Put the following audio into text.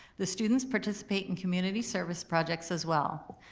the students participate in community service projects as well,